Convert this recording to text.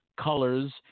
colors